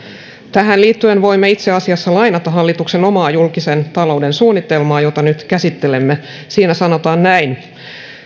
tähän liittyen voimme itse asiassa lainata hallituksen omaa julkisen talouden suunnitelmaa jota nyt käsittelemme siinä sanotaan näin